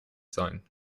sein